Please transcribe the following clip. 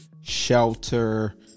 Shelter